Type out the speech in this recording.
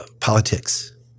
politics